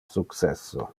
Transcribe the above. successo